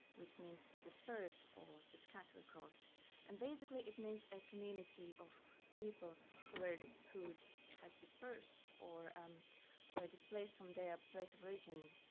which means to disperse or to scatter across and basically it means a community of people who were, who has dispersed or um were displaced from their place of origin,